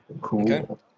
Cool